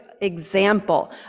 example